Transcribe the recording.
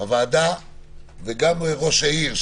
הוועדה וגם ראש העיר,